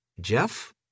Jeff